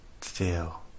feel